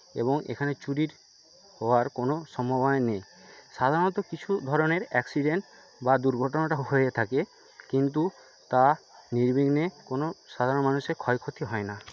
এবং এখানে চুরির হওয়ার কোনো সম্ভাবনাই নেই সাধারণত কিছু ধরনের অ্যাক্সিডেন্ট বা দুর্ঘটনটা হয়ে থাকে কিন্তু তা নির্বিঘ্নে কোনো সাধারণ মানুষের ক্ষয়ক্ষতি হয় না